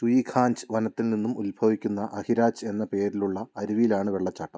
ചുയിഖാഞ്ച് വനത്തിൽ നിന്നും ഉത്ഭവിക്കുന്ന അഹിരാജ് എന്ന പേരിലുള്ള അരുവിയിലാണ് വെള്ളച്ചാട്ടം